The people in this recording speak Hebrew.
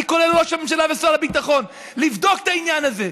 אני קורא לראש הממשלה ושר הביטחון לבדוק את העניין הזה,